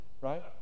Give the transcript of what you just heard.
Right